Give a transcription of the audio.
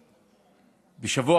שם,